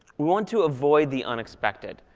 want to avoid the unexpected.